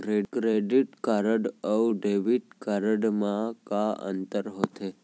Credit card अऊ debit card मा का अंतर होथे?